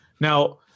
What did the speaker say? Now